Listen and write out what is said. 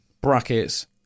brackets